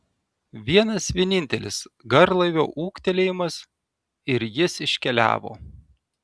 vienas vienintelis garlaivio ūktelėjimas ir jis iškeliavo